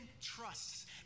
trusts